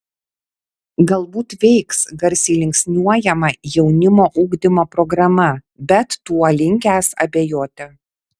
galbūt veiks garsiai linksniuojama jaunimo ugdymo programa bet tuo linkęs abejoti